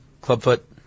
Clubfoot